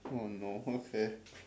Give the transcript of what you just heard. oh no okay